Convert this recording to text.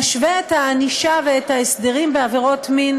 נשווה את הענישה ואת ההסדרים בעבירות מין